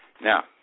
now